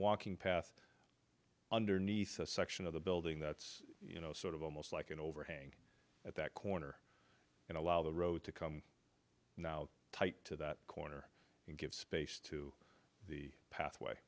walking path underneath a section of the building that's you know sort of almost like an overhang at that corner and allow the road to come now tight to that corner and give space to the pathway